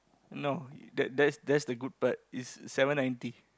no that that's that's the good part is seven ninety